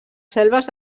selves